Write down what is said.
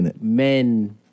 men